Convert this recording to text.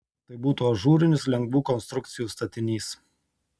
tai būtų ažūrinis lengvų konstrukcijų statinys